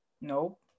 Nope